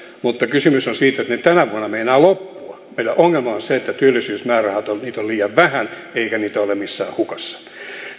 mutta kysymys on siitä että ne tänä vuonna meinaavat loppua meidän ongelmamme on se että työllisyysmäärärahoja on liian vähän eikä niitä ole missään hukassa